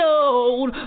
old